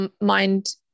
mind